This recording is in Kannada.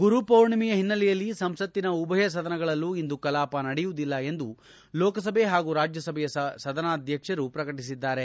ಗುರುಪೌರ್ಣಿಮೆಯ ಹಿನ್ನೆಲೆಯಲ್ಲಿ ಸಂಸತ್ತಿನ ಉಭಯ ಸದನಗಳಲ್ಲೂ ಇಂದು ಕಲಾಪ ನಡೆಯುವುದಿಲ್ಲ ಎಂದು ಲೋಕಸಭೆ ಹಾಗೂ ರಾಜ್ಯಸಭೆಯ ಸದನಾಧ್ಯಕ್ಷರು ಪ್ರಕಟಸಿದ್ದಾರೆ